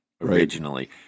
originally